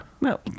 No